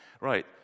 Right